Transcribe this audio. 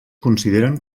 consideren